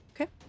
Okay